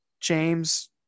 James